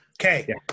Okay